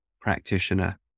practitioner